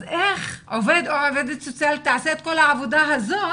אז איך עובד או עובדת סוציאלית תעשה את כל העבודה הזאת